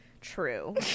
True